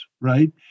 right